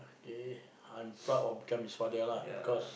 okay I'm proud of become his father lah because